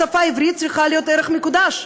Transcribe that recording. השפה העברית צריכה להיות ערך מקודש.